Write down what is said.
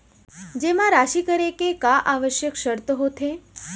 जेमा राशि करे के का आवश्यक शर्त होथे?